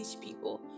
people